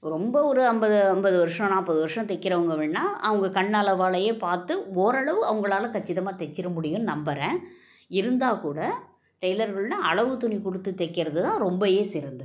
ரொம்ப ஒரு ஐம்பது ஐம்பது வருஷம் நாற்பது வருஷம் தைக்கிறவங்க வேணால் அவங்க கண் அளவாலேயே பார்த்து ஓரளவு அவங்களால கச்சிதமாக தைச்சிட முடியும்னு நம்புறேன் இருந்தால் கூட டெய்லர்களில் அளவுத் துணி கொடுத்து தைக்கிறது தான் ரொம்பயே சிறந்தது